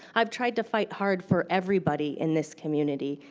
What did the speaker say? i've tried to fight hard for everybody in this community.